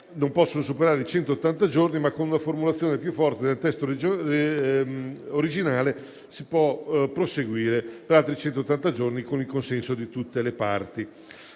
non possono superare i centottanta giorni, ma con una formulazione più forte del testo originale si può proseguire per altri centottanta giorni con il consenso di tutte le parti.